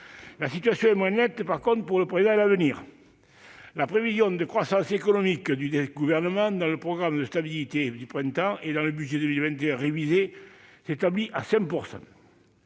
La situation est moins nette pour le présent et l'avenir. La prévision de croissance économique du Gouvernement, dans le programme de stabilité du printemps et dans le budget 2021 révisé, s'établit à 5 %.